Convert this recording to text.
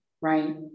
right